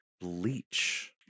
Bleach